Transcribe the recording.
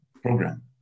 program